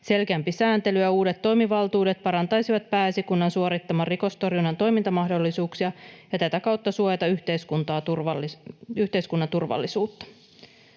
Selkeämpi sääntely ja uudet toimivaltuudet parantaisivat Pääesikunnan suorittaman rikostorjunnan toimintamahdollisuuksia ja tätä kautta suojaisivat yhteiskunnan turvallisuutta.